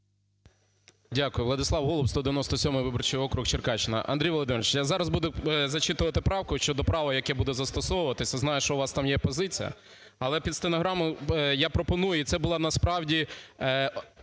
Дякую. Владислав Голуб, 197 виборчий округ, Черкащина. Андрій Володимирович, я зараз буду зачитувати правку щодо права, яке буде застосовуватися, знаю, що у вас там є позиція. Але під стенограму я пропоную, і це була насправді